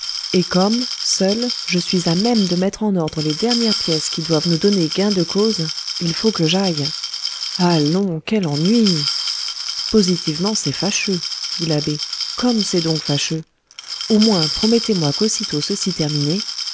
et comme seul je suis à même de mettre en ordre les dernières pièces qui doivent nous donner gain de cause il faut que j'aille allons quel ennui positivement c'est fâcheux dit l'abbé comme c'est donc fâcheux au moins promettez-moi qu'aussitôt ceci terminé